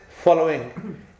following